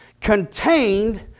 contained